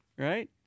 Right